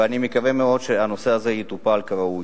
ואני מקווה מאוד שהנושא הזה יטופל כראוי.